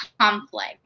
conflict